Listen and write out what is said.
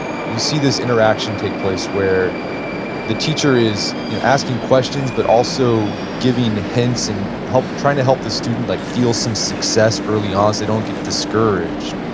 you see this interaction take place where the teacher is you know asking questions but also giving hints and trying to help the student like feel some success early on as they don't get discouraged.